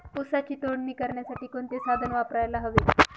ऊसाची तोडणी करण्यासाठी कोणते साधन वापरायला हवे?